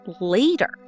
later